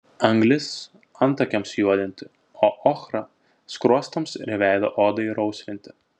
anglis antakiams juodinti o ochra skruostams ir veido odai rausvinti